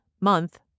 month